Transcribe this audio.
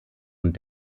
und